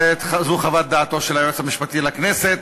זו חוות דעתו של היועץ המשפטי לכנסת,